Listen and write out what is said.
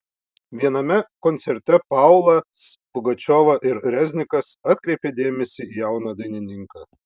viename koncerte paulas pugačiova ir reznikas atkreipė dėmesį į jauną dainininką